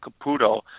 Caputo